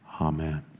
Amen